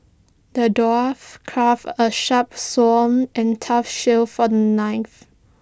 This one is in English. the dwarf crafted A sharp sword and tough shield for the knight